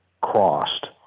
crossed